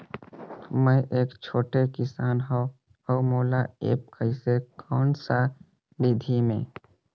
मै एक छोटे किसान हव अउ मोला एप्प कइसे कोन सा विधी मे?